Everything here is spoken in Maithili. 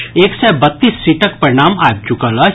एक सय बत्तीस सीटक परिणाम आबि चुकल अछि